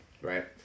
right